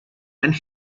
and